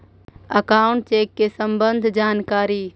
Account check के सम्बन्ध जानकारी?